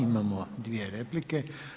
Imamo dvije replike.